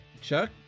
Chuck